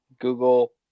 google